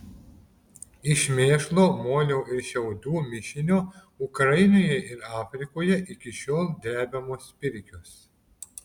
iš mėšlo molio ir šiaudų mišinio ukrainoje ir afrikoje iki šiol drebiamos pirkios